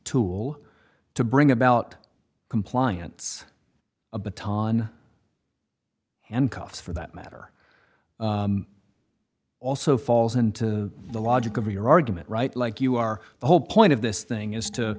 tool to bring about compliance a baton and cuff for that matter also falls into the logic of your argument right like you are the whole point of this thing is to